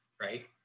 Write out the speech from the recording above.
right